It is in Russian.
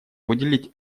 выделить